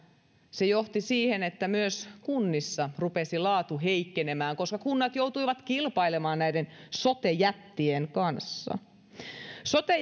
se johti siihen että myös kunnissa rupesi laatu heikkenemään koska kunnat joutuivat kilpailemaan näiden sote jättien kanssa sote